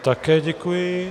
Také děkuji.